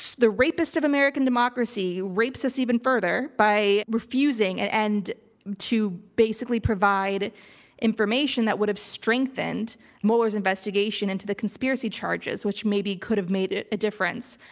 the rapist of american democracy rapes us even further by refusing and and to basically provide information that would have strengthened mueller's investigation into the conspiracy charges, which maybe, could have made a difference.